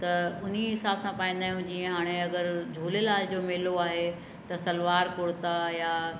त उन हिसाब सां पाईंदा आहियूं जीअं हाणे अगरि झूलेलाल जो मेलो आहे त सलवार कुर्ता या